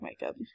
makeup